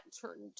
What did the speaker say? turned